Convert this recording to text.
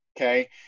Okay